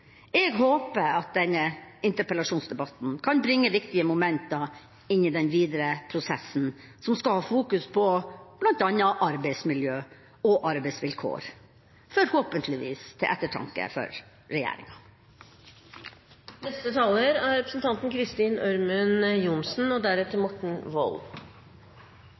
Jeg håper at denne interpellasjonsdebatten kan bringe viktige momenter inn i den videre prosessen som skal ha fokus på bl.a. arbeidsmiljø og arbeidsvilkår, forhåpentligvis til ettertanke for regjeringa. Takk til representanten Toppe som reiser viktige spørsmål, og